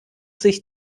sich